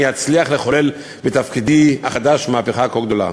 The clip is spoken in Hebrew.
אצליח לחולל בתפקידי החדש מהפכה כה גדולה.